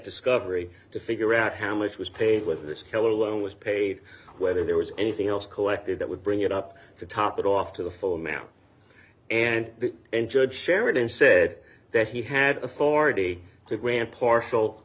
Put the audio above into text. discovery to figure out how much was paid whether this killer loan was paid whether there was anything else collected that would bring it up to top it off to the full amount and and judge sheridan said that he had authority to grant partial